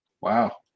Wow